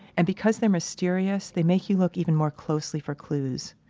and because they're mysterious, they make you look even more closely for clues.